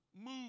move